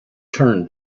turned